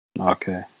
Okay